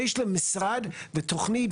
יש להם משרד ותוכנית,